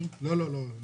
לתקנות